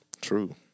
True